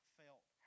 felt